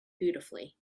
beautifully